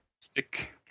stick